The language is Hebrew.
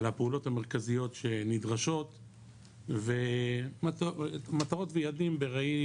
על הפעולות המרכזיות שנדרשות ומטרות ויעדים בראי